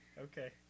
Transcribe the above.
okay